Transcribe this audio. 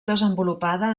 desenvolupada